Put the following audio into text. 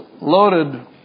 loaded